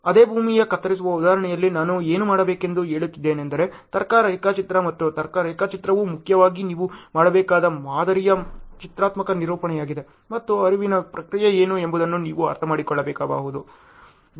ಅದೇ ಭೂಮಿಯ ಕತ್ತರಿಸುವ ಉದಾಹರಣೆಯಲ್ಲಿ ನಾನು ಏನು ಮಾಡಬೇಕೆಂದು ಹೇಳಿದ್ದೇನೆಂದರೆ ತರ್ಕ ರೇಖಾಚಿತ್ರ ಮತ್ತು ತರ್ಕ ರೇಖಾಚಿತ್ರವು ಮುಖ್ಯವಾಗಿ ನೀವು ಮಾಡಬೇಕಾದ ಮಾದರಿಯ ಚಿತ್ರಾತ್ಮಕ ನಿರೂಪಣೆಯಾಗಿದೆ ಮತ್ತು ಹರಿವಿನ ಪ್ರಕ್ರಿಯೆ ಏನು ಎಂಬುದನ್ನು ನೀವು ಅರ್ಥಮಾಡಿಕೊಳ್ಳಬೇಕಾಗಬಹುದು